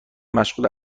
مشغول